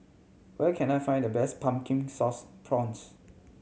where can I find the best Pumpkin Sauce Prawns